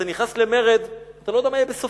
אתה נכנס למרד, אתה לא יודע מה יהיה בסופו.